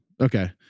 okay